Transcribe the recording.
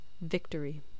victory